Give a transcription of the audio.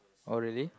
oh really